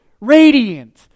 radiant